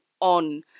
on